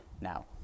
now